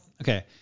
okay